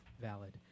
valid